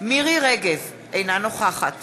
מירי רגב, אינה נוכחת